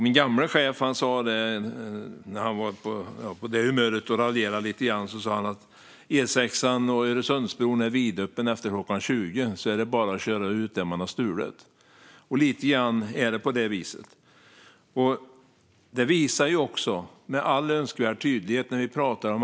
Min gamle chef kunde raljerande säga att eftersom E6 och Öresundsbron är vidöppen efter klockan 20 är det bara att köra ut det man har stulit - och lite så är det.